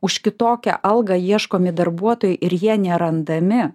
už kitokią algą ieškomi darbuotojai ir jie nerandami